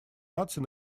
наций